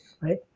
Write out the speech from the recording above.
right